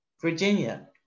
Virginia